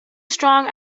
strong